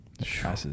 Sure